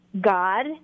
God